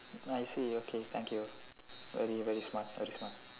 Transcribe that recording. I see okay thank you very very smart very smart